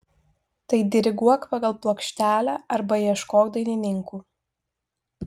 tai diriguok pagal plokštelę arba ieškok dainininkų